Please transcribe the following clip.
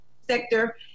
sector